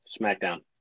Smackdown